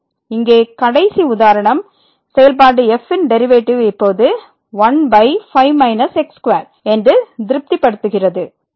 இங்கே கடைசி உதாரணம் செயல்பாடு f ன் டெரிவேட்டிவ் இப்போது 15 x2 என்று திருப்திப்படுத்துகிறது மற்றும் f 0 2